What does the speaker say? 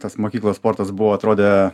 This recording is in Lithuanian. tas mokyklos sportas buvo atrodė